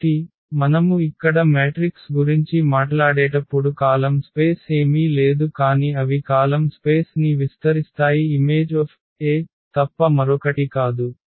కాబట్టి మనము ఇక్కడ మ్యాట్రిక్స్ గురించి మాట్లాడేటప్పుడు కాలమ్ స్పేస్ ఏమీ లేదు కాని అవి కాలమ్ స్పేస్ ని విస్తరిస్తాయి Im తప్ప మరొకటి కాదు